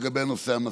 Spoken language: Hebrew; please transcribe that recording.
לגבי נושא המסכות.